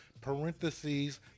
parentheses